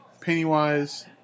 Pennywise